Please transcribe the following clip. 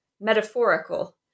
metaphorical